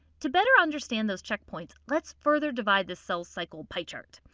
to better understand those checkpoints, let's further divide this cell cycle pie chart.